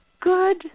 good